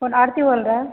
कौन आरती बोल रहे हो